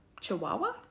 chihuahua